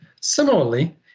Similarly